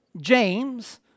James